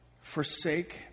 forsake